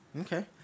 Okay